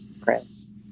Chris